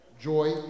Joy